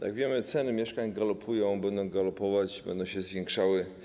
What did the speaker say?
Jak wiemy, ceny mieszkań galopują i będą galopować, będą się zwiększały.